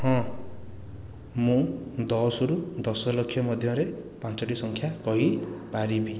ହଁ ମୁଁ ଦଶରୁ ଦଶଲକ୍ଷ ମଧ୍ୟରେ ପାଞ୍ଚୋଟି ସଂଖ୍ୟା କହିପାରିବି